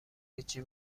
هیچی